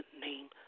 name